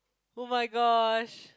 oh-my-gosh